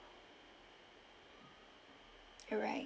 alright